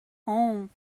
home